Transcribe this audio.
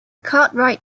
cartwright